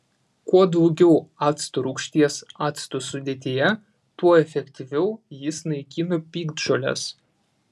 kuo daugiau acto rūgšties acto sudėtyje tuo efektyviau jis naikina piktžoles